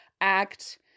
act